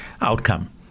outcome